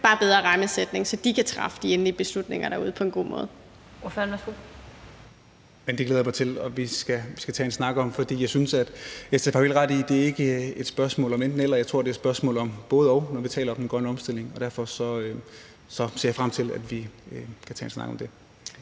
bare en bedre rammesætning, så de kan træffe de endelige beslutninger derude på en god måde.